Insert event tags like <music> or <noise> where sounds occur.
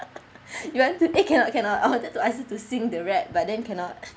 <laughs> you want to eh cannot cannot I wanted to ask you to sing the rap but then cannot